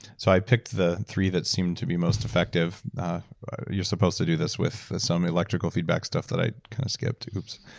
so i picked the three that seemed to be most effective, that you're supposed to do this with some electrical feedback stuff that i kind of skipped, oops.